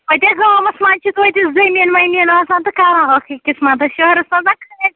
اَتے گامَس منٛز چھِ توتہِ زٔمیٖن ومیٖن آسان تہٕ کَران اکھ أکِس مدد شَہرَس منٛز